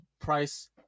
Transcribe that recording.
Price